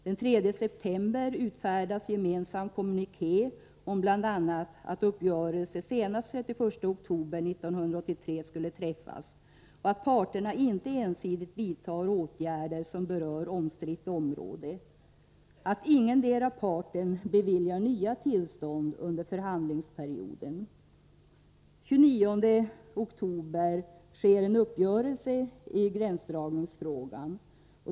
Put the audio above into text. Den 3 september utfärdas gemensam kommuniké, bl.a. om att uppgörelse skall träffas senast den 31 oktober 1983, att parterna inte ensidigt vidtar åtgärder som berör omstritt område och att ingendera parten beviljar nya tillstånd under förhandlingsperioden. Den 29 oktober träffas en uppgörelse i gränsdragningsfrågan.